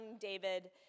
David